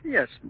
Yes